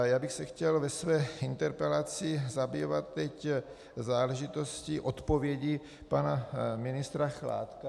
Já bych se chtěl ve své interpelaci zabývat teď záležitostí odpovědi pana ministra Chládka.